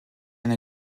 eine